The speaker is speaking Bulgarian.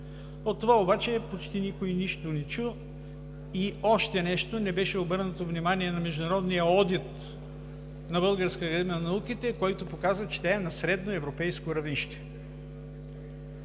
От това обаче почти никой нищо не чу. И още нещо – не беше обърнато внимание на международния одит на Българската академия на науките, който показа, че тя е на средноевропейско равнище.